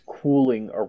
cooling